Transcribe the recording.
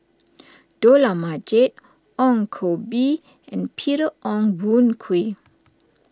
Dollah Majid Ong Koh Bee and Peter Ong Boon Kwee